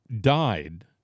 died